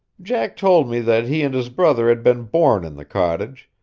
jack told me that he and his brother had been born in the cottage,